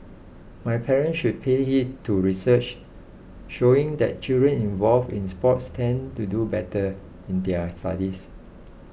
my parents should pay heed to research showing that children involved in sports tend to do better in their studies